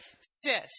sis